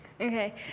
Okay